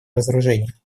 разоружения